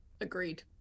Agreed